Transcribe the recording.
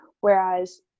Whereas